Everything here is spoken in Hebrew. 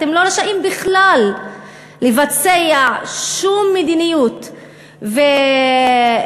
אתם לא רשאים בכלל לבצע שום מדיניות ולהעביר